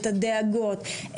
את הדאגות,